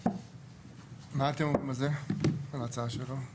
מה אתם אומרים על ההצעה שלו?